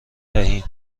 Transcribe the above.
دهیم